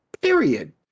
period